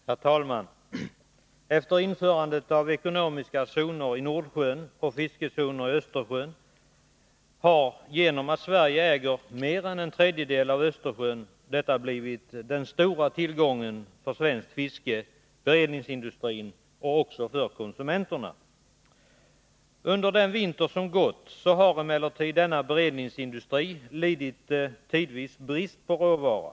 Herr talman! Efter införandet av ekonomiska zoner i Nordsjön och fiskezoner i Östersjön har genom att Sverige äger mer än en tredjedel av Östersjön detta blivit den stora tillgången för svenskt fiske, beredningsindustrin och även för konsumenterna. Under den vinter som gått har emellertid beredningsindustrin tidvis lidit brist på råvara.